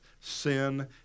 Sin